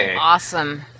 Awesome